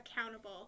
accountable